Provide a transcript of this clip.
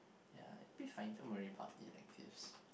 ya you'll be fine don't worry about the electives